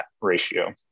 ratio